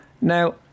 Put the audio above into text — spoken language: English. now